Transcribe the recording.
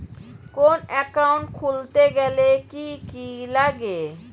কোন একাউন্ট খুলতে গেলে কি কি লাগে?